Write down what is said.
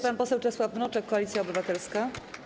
Pan poseł Czesław Mroczek, Koalicja Obywatelska.